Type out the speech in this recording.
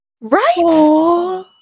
right